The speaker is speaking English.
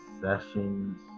sessions